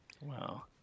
Wow